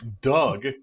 Doug